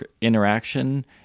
interaction